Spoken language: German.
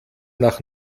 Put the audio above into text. nach